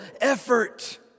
effort